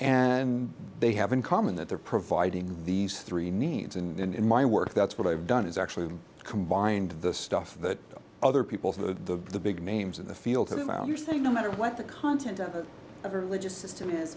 and they have in common that they're providing these three needs and in my work that's what i've done is actually combined the stuff that other people of the big names in the field that if you're saying no matter what the content of religious system is